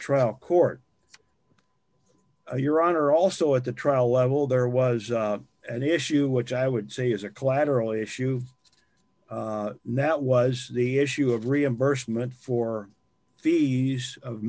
trial court your honor also at the trial level there was an issue which i would say as a collateral issue that was the issue of reimbursement for fees